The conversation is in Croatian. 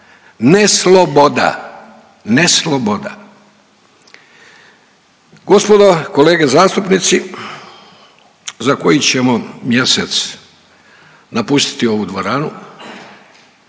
ne sloboda, ne sloboda. Gospodo kolege zastupnici za koji ćemo mjesec napustiti ovu dvoranu